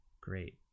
Great